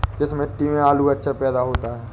किस मिट्टी में आलू अच्छा पैदा होता है?